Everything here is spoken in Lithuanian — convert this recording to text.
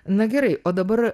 na gerai o dabar